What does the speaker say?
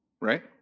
Right